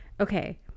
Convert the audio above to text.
Okay